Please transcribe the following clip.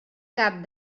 cap